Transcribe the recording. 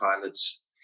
pilots